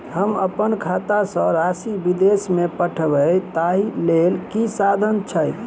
हम अप्पन खाता सँ राशि विदेश मे पठवै ताहि लेल की साधन छैक?